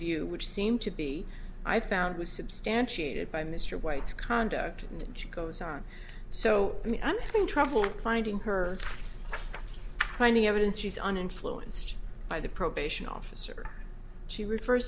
view which seem to be i found was substantiated by mr white's conduct and she goes on so i'm having trouble finding her finding evidence she's uninfluenced by the probation officer she refers